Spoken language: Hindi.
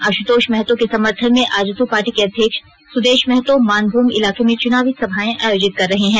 आशुतोष महतो के समर्थन में आजसू पार्टी के अध्यक्ष सुदेश महतो मानभूम इलाके में चुनावी सभाएं आयोजित कर रहे हैं